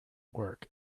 work